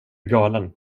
galen